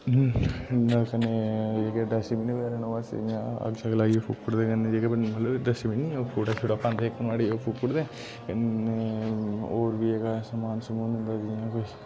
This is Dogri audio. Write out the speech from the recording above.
डस्टविन जेह्के डस्टबिन बगैरा न ओह् अस इ'यां अग्ग शग्ग लाइयै फूकी उड़दे मतलब जेह्के डस्टबिन न ओह् कूड़ा पांदे इक नुआढ़े च ओह् फूकू उड़दे होर बी जेह्ड़ा समान समून होंदा जियां कोई